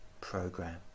program